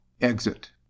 EXIT